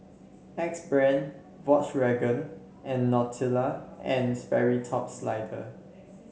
Axe Brand Volkswagen and Nautica And Sperry Top Sider